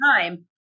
time